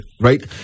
right